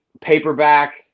paperback